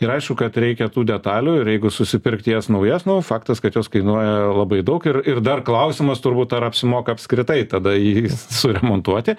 ir aišku kad reikia tų detalių ir jeigu susipirkt jas naujas nu faktas kad jos kainuoja labai daug ir ir dar klausimas turbūt ar apsimoka apskritai tada jį suremontuoti